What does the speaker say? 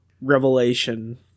revelation